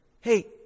hey